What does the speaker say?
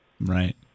Right